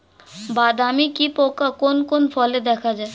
বাদামি কি পোকা কোন কোন ফলে দেখা যায়?